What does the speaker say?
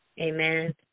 Amen